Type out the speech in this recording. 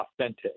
authentic